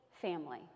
family